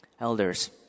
Elders